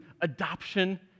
adoption